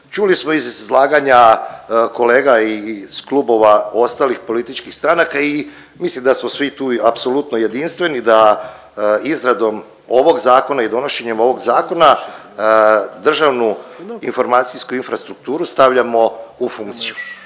Čuli smo iz izlaganja kolega i iz klubova ostalih političkih stranaka i mislim da smo svi tu i apsolutno jedinstveni da izradom ovog zakona i donošenjem ovog zakona državnu informacijsku infrastrukturu stavljamo u funkciju,